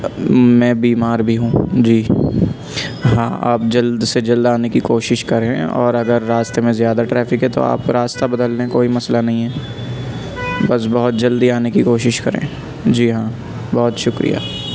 میں بیمار بھی ہوں جی ہاں آپ جلد سے جلد آنے کی کوشش کریں اور اگر راستے میں زیادہ ٹریفک ہے تو آپ راستہ بدل لیں کوئی مسئلہ نہیں ہیں بس بہت جلدی آنے کی کوشش کریں جی ہاں بہت شکریہ